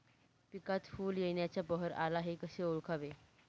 पिकात फूल येण्याचा बहर आला हे कसे ओळखावे?